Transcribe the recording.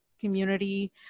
community